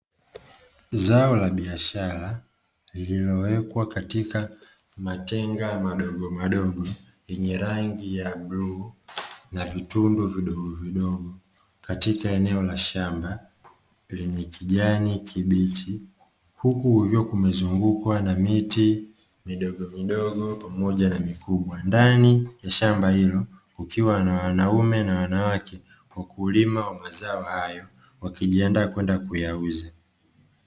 Zao la biashara lililowekwa katika matenga madogo madogo yenye rangi ya bluu na vitundu vidogovidogo katika eneo la shamba lenye kijani kibichi, huku kukiwa kumezungukwa na miti midogo midogo pamoja na mikubwa ndani ya shamba hilo kukiwa na wanaume na wanawake kwa kulima wamazao hayo wakijiandaa kwenda kuyauza.